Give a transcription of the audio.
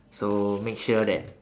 so make sure that